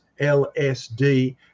LSD